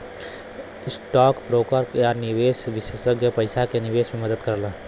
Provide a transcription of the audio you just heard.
stock broker या निवेश विषेसज्ञ पइसा क निवेश में मदद करला